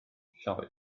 lloer